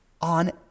on